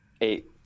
Eight